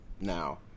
now